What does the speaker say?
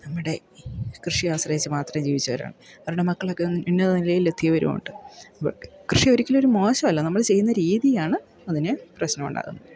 നമ്മുടെ കൃഷി ആശ്രയിച്ച് മാത്രം ജീവിച്ചവരാണ് കാരണം മക്കളൊക്കെ ഉന്നത നിലയിലെത്തിയവരും ഉണ്ട് കൃഷി ഒരിക്കലും ഒരു മോശം അല്ല നമ്മൾ ചെയ്യുന്ന രീതിയാണ് അതിന് പ്രശ്നം ഉണ്ടാകുന്നത്